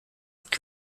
look